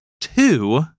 two